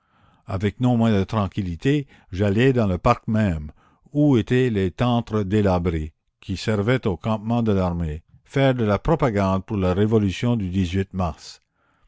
avec non moins de tranquillité j'allai dans le parc même où étaient les tentes délabrées qui servaient au campement de l'armée faire de la propagande pour la révolution du mars